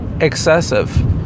excessive